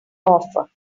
offer